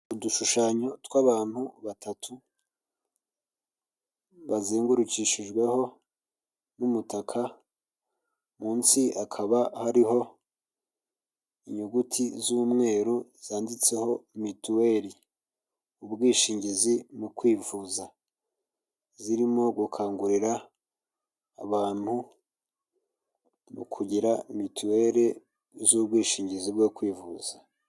Udushushanyo tw'abantu batatu bazengurukishijweho n'umutaka, munsi hakaba hariho inyuguti z'umweru zanditseho mituweli ubwishingizi no kwivuza, zirimo gukangurira abantu no kugira mituweli z'ubwishingizi bwo kwivuza.